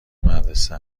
مدرسه